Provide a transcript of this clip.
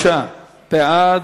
23 בעד,